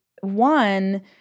one